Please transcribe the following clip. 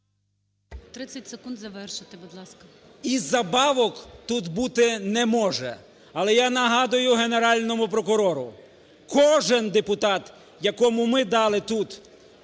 30 секунд завершити, будь ласка. БЕРЕЗЮК О.Р. І забавок тут бути не може. Але я нагадую Генеральному прокурору, кожен депутат, якому ми дали тут